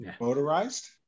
motorized